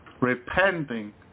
Repenting